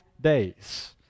days